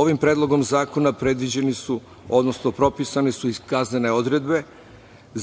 Ovim predlogom zakona propisane su kaznene odredbe